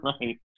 Right